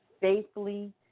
safely